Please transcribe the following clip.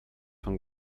von